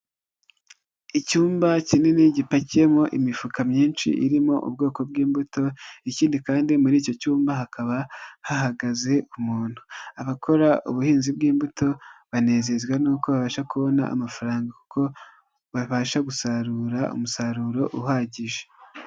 Icyumba kinini gipakiyemo imifuka myinshi irimo ubwoko bw'imbuto, ikindi kandi muri icyo cyumba hakaba hahagaze umuntu. Abakora ubuhinzi bw'imbuto banezezwa n'uko babasha kubona amafaranga, kuko babasha gusarura umusaruro uhagije.